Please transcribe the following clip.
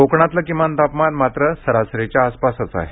कोकणातलं किमान तापमान मात्र सरासरीच्या आसपास आहे